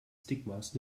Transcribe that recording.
stigmas